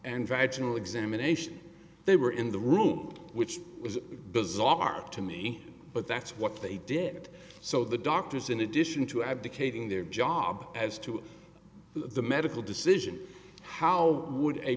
vital examination they were in the room which was bizarre to me but that's what they did so the doctors in addition to abdicating their job as to the medical decision how would a